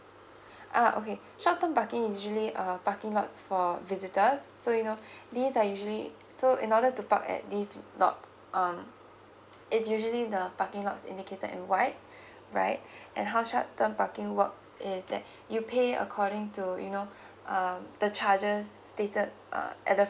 uh okay short term parking usually um parking lots for visitors so you know these are usually so in order to park at this lot um it's usually the parking lot indicated in white right and how short term parking works is that you pay according to you know um the charges stated uh at the